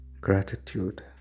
Gratitude